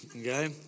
okay